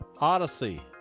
Odyssey